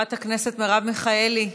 חברת הכנסת מרב מיכאלי,